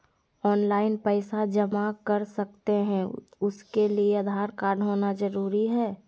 Online पैसा जमा कर सकते हैं उसके लिए आधार कार्ड होना जरूरी है?